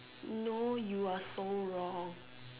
no you are so wrong